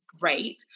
great